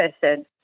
person